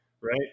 right